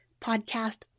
Podcast